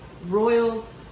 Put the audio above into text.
royal